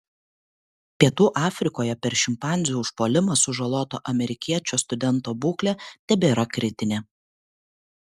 pietų afrikoje per šimpanzių užpuolimą sužaloto amerikiečio studento būklė tebėra kritinė